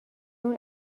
اون